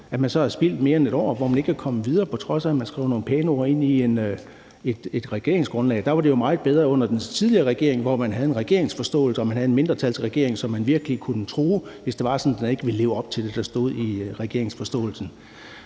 at man så har spildt mere end 1 år, hvor man ikke er kommet videre, på trods af at man skriver nogle pæne ord ind i et regeringsgrundlag. Der var det jo meget bedre under den tidligere regering, hvor man havde en regeringsforståelse og man havde en mindretalsregering, som man virkelig kunne true, hvis det var sådan, at den ikke ville leve op til det, der stod i regeringsforståelsen.